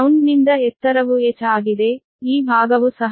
ಗ್ರೌಂಡ್ನಿಂದ ಎತ್ತರವು h ಆಗಿದೆ ಈ ಭಾಗವು ಸಹ h ಆಗಿದೆ